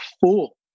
fool